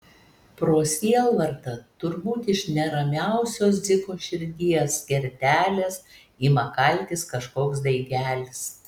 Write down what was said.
pro sielvartą turbūt iš neramiausios dziko širdies kertelės ima kaltis kažkoks daigelis